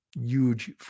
huge